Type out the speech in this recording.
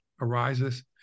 arises